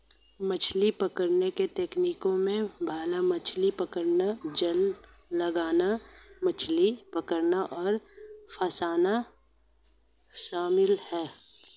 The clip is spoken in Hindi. मछली पकड़ने की तकनीकों में भाला मछली पकड़ना, जाल लगाना, मछली पकड़ना और फँसाना शामिल है